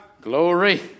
Glory